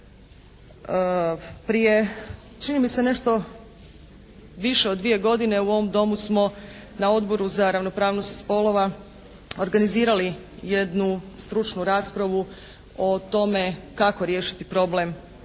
Prije čini mi se nešto više od dvije godine u ovom Domu smo na Odboru za ravnopravnost spolova organizirali jednu stručnu raspravu o tome kako riješiti problem naplate